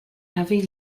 heavy